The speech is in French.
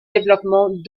développements